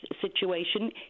situation